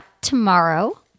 tomorrow